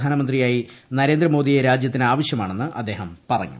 പ്രധാനമന്ത്രിയായി നരേങ്ങ്രമോദിയെ രാജ്യത്തിന് ആവശൃമാണെന്ന് അദ്ദേഹം പറഞ്ഞു